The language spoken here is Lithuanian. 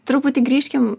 truputį grįžkim